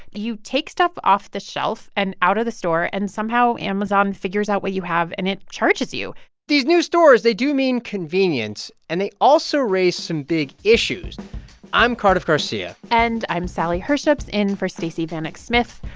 you take stuff off the shelf and out of the store and somehow, amazon figures out what you have, and it charges you these new stores they do mean convenience. and they also raise some big issues i'm cardiff garcia and i'm sally herships, in for stacey vanek smith.